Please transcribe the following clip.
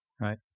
right